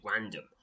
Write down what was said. random